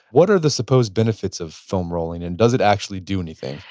what are the supposed benefits of foam rolling, and does it actually do anything?